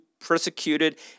persecuted